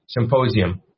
Symposium